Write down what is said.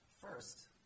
First